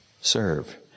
Serve